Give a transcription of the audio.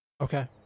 Okay